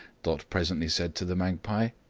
dot presently said to the magpie.